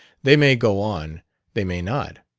they may go on they may not.